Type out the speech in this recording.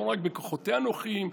לא רק בכוחותיה הנוכחיים,